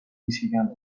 misgegaan